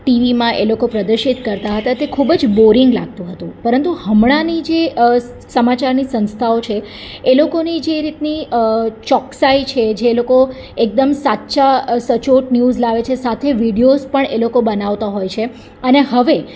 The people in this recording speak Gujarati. ટીવીમાં એ લોકો જે પ્રદર્શિત કરતા હતા તે ખૂબ જ બોરિંગ લાગતું હતું પરંતુ હમણાંની જે સમાચારની સંસ્થાઓ છે એ લોકોની જે રીતની ચોકસાઈ છે જે એ લોકો એકદમ સાચા સચોટ ન્યૂઝ લાવે છે સાથે વિડિયોઝ પણ એ લોકો બનાવતા હોય છે અને હવે